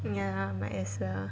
ya might as well